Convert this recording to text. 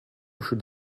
should